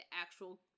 actual